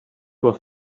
was